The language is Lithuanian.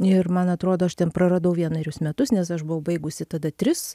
ir man atrodo aš ten praradau vienerius metus nes aš buvau baigusi tada tris